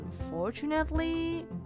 unfortunately